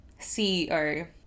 CEO